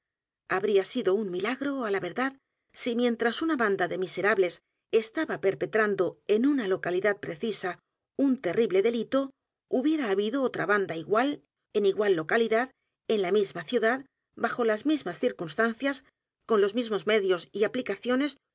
habría sido un milagro á la verdad si mientras una banda de miserables estaba perpetrando en una localidad precisa un terrible delito hubiera habido otra banda igual en igual localidad en la misma ciudad bajo las mismas circunstancias con los mismos medios y aplicaciones